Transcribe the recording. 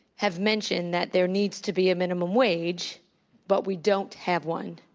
have mentioned that there needs to be a minimum wage but we don't have one.